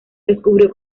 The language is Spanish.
descubrió